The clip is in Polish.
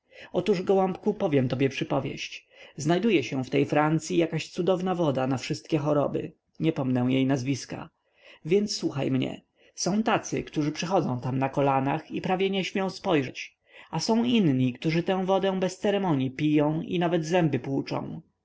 otóż gołąbku powiem tobie przypowieść znajduje się w tej francyi jakaś cudowna woda na wszystkie choroby nie pomnę jej nazwiska więc słuchaj mnie są tacy którzy przychodzą tam na kolanach i prawie nie śmią spojrzeć a są inni którzy tę wodę bez ceremonii piją i nawet zęby płóczą